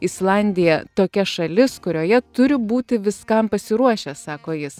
islandija tokia šalis kurioje turi būti viskam pasiruošęs sako jis